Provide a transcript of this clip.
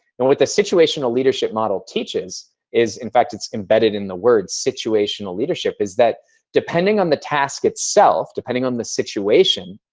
and what the situational leadership model teaches is, in fact it's embedded on the word situational leadership, is that depending on the task itself, depending on the situation,